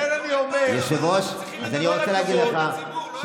אז אני רוצה להגיד לך,